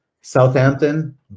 Southampton